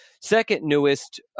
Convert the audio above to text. second-newest